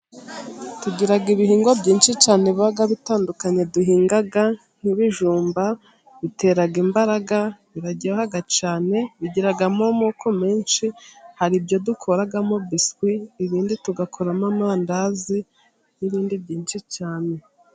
Tugira ibihingwa byinshi cyane biba bitandukanye duhinga, nk'ibijumba, bitera imbaraga, biraryoha cyane, bigiramo amoko menshi, hari ibyo dukoramo biswi, ibindi tugakoramo amandazi, n'ibindi byinshi cyane.